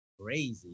crazy